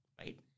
right